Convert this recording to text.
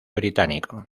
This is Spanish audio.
británico